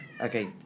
okay